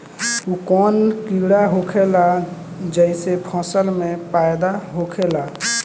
उ कौन कीड़ा होखेला जेसे फसल के फ़ायदा होखे ला?